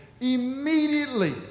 Immediately